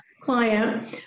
client